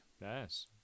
Yes